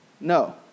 No